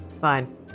Fine